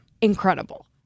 incredible